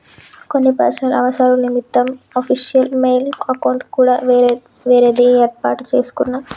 కొన్ని పర్సనల్ అవసరాల నిమిత్తం అఫీషియల్ మెయిల్ అకౌంట్ కాకుండా వేరేది యేర్పాటు చేసుకున్నా